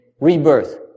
rebirth